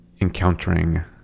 encountering